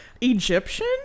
Egyptian